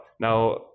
Now